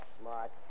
smart